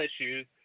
issues